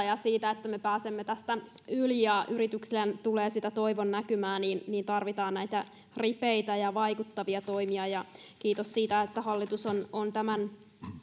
ja siinä että me pääsemme tästä yli ja yrityksille tulee sitä toivon näkymää tarvitaan näitä ripeitä ja vaikuttavia toimia kiitos siitä että hallitus on on tämän